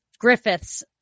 Griffiths